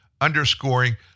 underscoring